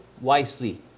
wisely